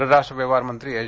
परराष्ट्र व्यवहारमंत्री एस